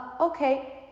okay